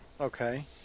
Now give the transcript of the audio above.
Okay